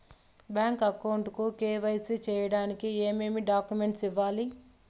Bank account కు KYC సేయడానికి ఏమేమి డాక్యుమెంట్ ఇవ్వాలి?